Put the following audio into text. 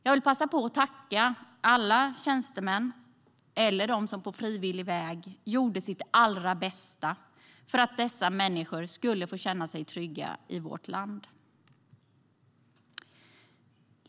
Jag vill passa på att tacka alla tjänstemän och dem som på frivillig väg gjorde sitt allra bästa för att dessa människor skulle få känna sig trygga i vårt land.